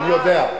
אני יודע.